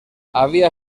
havia